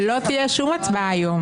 וזה יהיה לגיטימי.